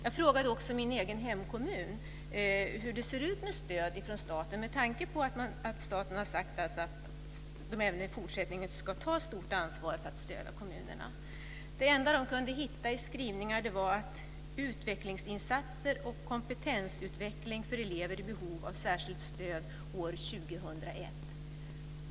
Jag frågade också min egen hemkommun hur det ser ut med stöd från staten, med tanke på att man från statens sida har sagt att man även i fortsättningen ska ta ett stort ansvar för att stödja kommunerna. Det enda som de kunde hitta i skrivningar var utvecklingsinsatser och kompetensutveckling för elever i behov av särskilt stöd år 2001.